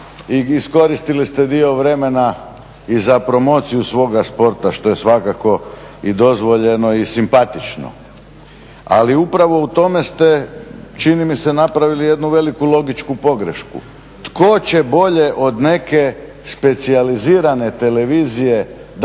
i iskoristili ste dio vremena i za promociju svoga sporta što je svakako i dozvoljeno i simpatično. Ali upravo u tome ste čini mi se napravili jednu veliku logičku pogrešku. Tko će bolje od neke specijalizirane televizije dati